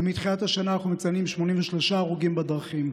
ומתחילת השנה אנחנו מציינים 83 הרוגים בדרכים.